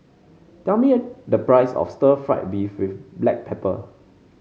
tell me the price of Stir Fried Beef with Black Pepper